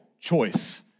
choice